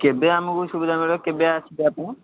କେବେ ଆମକୁ ସୁବିଧା ମିଳିବ କେବେ ଆସିବେ ଆପଣ